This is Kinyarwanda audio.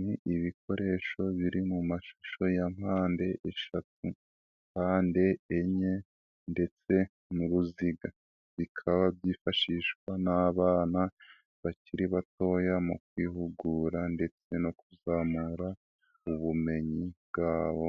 Ni ibikoresho biri mu mashusho ya mpande eshatu, mpande enye ndetse n'uruziga, bikaba byifashishwa n'abana bakiri batoya mu kwihugura ndetse no kuzamura ubumenyi bwabo